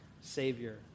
Savior